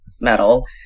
metal